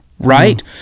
right